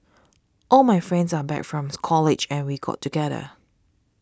all my friends are back from's college and we got together